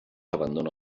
abandona